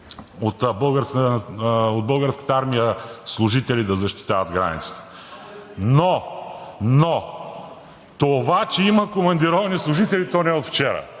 от Българската армия да защитават границата. Но това, че има командировани служители – то не е от вчера,